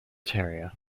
terrier